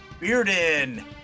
Bearden